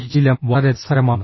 ഈ ശീലം വളരെ രസകരമാണ്